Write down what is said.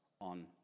on